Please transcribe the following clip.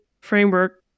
framework